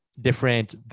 different